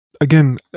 Again